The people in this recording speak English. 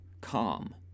calm